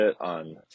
on